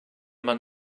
man